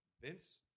vince